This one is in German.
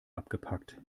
abgepackt